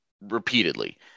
repeatedly